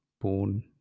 born